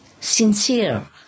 sincere